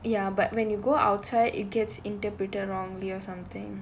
ya but when you go outside it gets interpreted wrongly or something